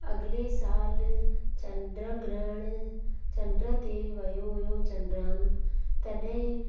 अॻिले साल चंड ग्रहण चंड ते वियो हुओ चंडयान तॾहिं बि